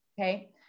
Okay